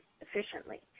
efficiently